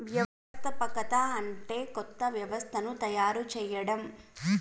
వ్యవస్థాపకత అంటే కొత్త వ్యవస్థను తయారు చేయడం